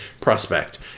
prospect